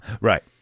Right